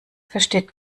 versteht